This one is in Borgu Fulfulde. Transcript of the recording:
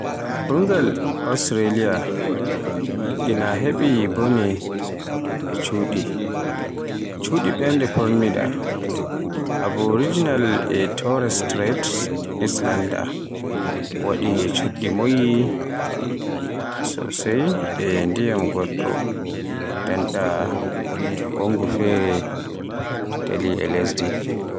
Ɓurngal Australiya ɗi na heɓɓi bone e cuɗɗi. A haɗi cuɗɗi ‘Aboriginal’ e ‘Torres Strait Islander’. Cuɗɗi Ɓurɗe Fombina, Aboriginal e Torres Strait Islander waɗi cuɗɗi moƴƴi sosai, ɓe ndiyam goɗɗo daanda ngoongu, feere, daali e lesdi.